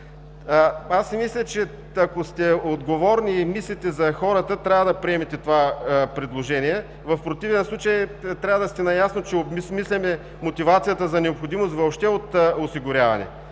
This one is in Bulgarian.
12 лв. Смятам, че ако сте отговорни и мислите за хората, трябва да приемете това предложение. В противен случай трябва да сте наясно, че обезсмисляме мотивацията за необходимост въобще от осигуряване.